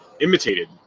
imitated